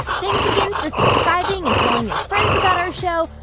thanks again for subscribing and telling your friends about our show.